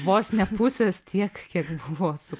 vos ne pusės tiek kiek buvo su